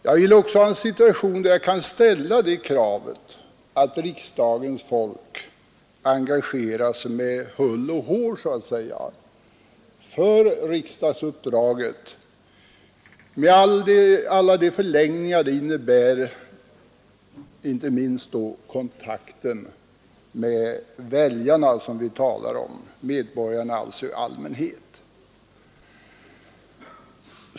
Jag vill också ha en sådan situation att jag kan ställa kravet att riksdagens folk så att säga med hull och hår engagerar sig för riksdagsuppdraget med alla de ”förlängningar” det innebär, inte minst då kontakten med väljarna, som vi talat om, och med medborgarna i allmänhet.